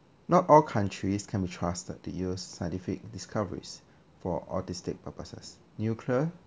not all countries can be trusted to use scientific discoveries for all these states purposes nuclear